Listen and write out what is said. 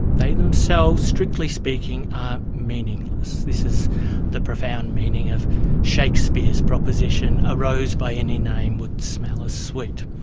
they themselves, strictly speaking, are meaningless. this is the profound meaning of shakespeare's proposition, a rose by any name would smell as sweet.